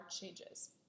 changes